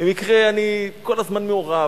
במקרה אני כל הזמן מעורב,